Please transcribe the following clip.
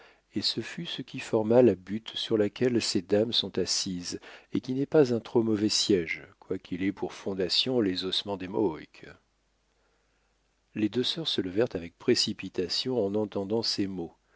et ce fut ce qui forma la butte sur laquelle ces dames sont assises et qui n'est pas un trop mauvais siège quoiqu'il ait pour fondation les ossements des mk les deux sœurs se levèrent avec précipitation en entendant ces mots